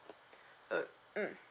uh mm